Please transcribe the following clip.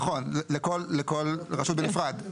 נכון לכל רשות בנפרד,